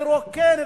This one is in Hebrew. לרוקן,